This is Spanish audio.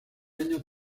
años